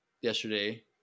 yesterday